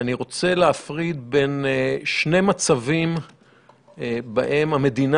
אני רוצה להפריד בין שני מצבים שבהם המדינה